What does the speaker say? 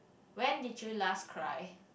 when did you last cry